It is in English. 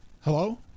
Hello